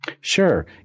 Sure